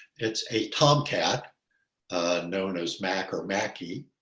it's a tomcat known as mack or mackie,